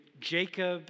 Jacob